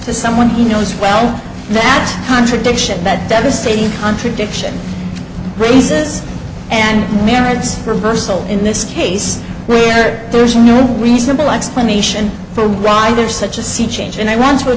to someone he knows well that contradiction that devastating contradiction raises and merits reversal in this case where there is no reasonable explanation for a rider such a sea change and i want to a